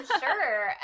sure